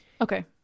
Okay